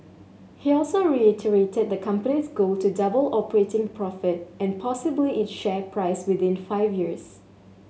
he also reiterated the company's goal to double operating profit and possibly its share price within five years